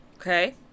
Okay